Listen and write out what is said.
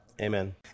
Amen